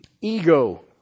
Ego